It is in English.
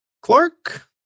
Clark